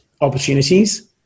opportunities